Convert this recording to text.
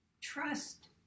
trust